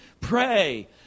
pray